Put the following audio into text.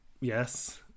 Yes